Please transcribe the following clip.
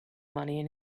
money